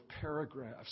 paragraphs